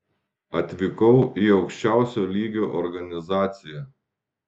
atvykau į aukščiausio lygio organizaciją